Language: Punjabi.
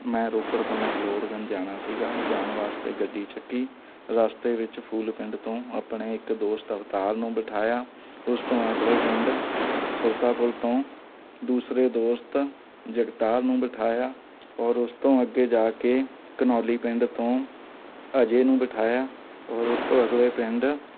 ਮੈਂ ਰੋਪੜ ਤੋਂ ਮੈਕਲੋਡਗੰਜ਼ ਜਾਣਾ ਸੀਗਾ ਜਾਣ ਵਾਸਤੇ ਗੱਡੀ ਚੱਕੀ ਰਾਸਤੇ ਵਿੱਚ ਫੂਲ ਪਿੰਡ ਤੋਂ ਆਪਣੇ ਇੱਕ ਦੋਸਤ ਅਵਤਾਰ ਨੂੰ ਬਿਠਾਇਆ ਉਸ ਤੋਂ ਅਗਲੇ ਪਿੰਡ ਸੁਰਤਾਪੁਰ ਤੋਂ ਦੂਸਰੇ ਦੋਸਤ ਜਗਤਾਰ ਨੂੰ ਬਿਠਾਇਆ ਔਰ ਉਸ ਤੋਂ ਅੱਗੇ ਜਾ ਕੇ ਘਨੋਲੀ ਪਿੰਡ ਤੋਂ ਅਜੇ ਨੂੰ ਬਿਠਾਇਆ ਔਰ ਉਸ ਤੋਂ ਅਗਲੇ ਪਿੰਡ